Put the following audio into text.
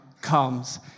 comes